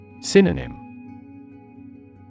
Synonym